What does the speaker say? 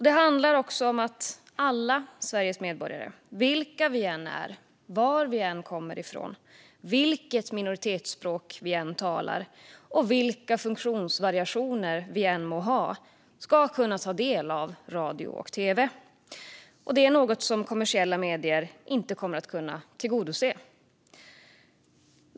Det handlar också om att alla Sveriges medborgare, vilka vi än är, var vi än kommer från, vilket minoritetsspråk vi än talar och vilka funktionsvariationer vi än må ha, ska kunna ta del av radio och tv. Det är något som kommersiella medier inte kommer att kunna tillgodose.